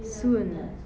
soon